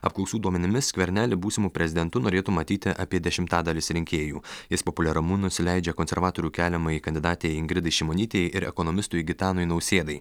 apklausų duomenimis skvernelį būsimu prezidentu norėtų matyti apie dešimtadalis rinkėjų jis populiaramu nusileidžia konservatorių keliamai kandidatei ingridai šimonytei ir ekonomistui gitanui nausėdai